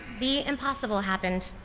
the impossible happened.